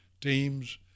teams